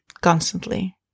constantly